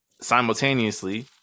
simultaneously